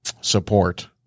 support